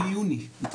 מיוני.